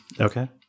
Okay